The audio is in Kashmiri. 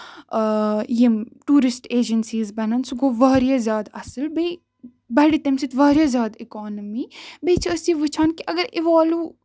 آ یِم ٹیورِسٹ ایجنسیٖز بَنان سُہ گوٚو واریاہ زیاد اَصٕل بیٚیہِ بَڑِ تَمہِ سۭتۍ واریاہ زیادٕ اِکانمی بیٚیہِ چھِ أسۍ یہِ وُچھان کہِ اَگر اوالوٗ